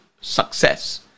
success